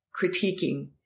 critiquing